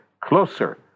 closer